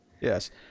yes